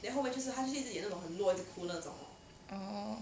orh